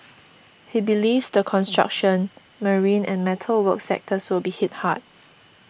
he believes the construction marine and metal work sectors will be hit hard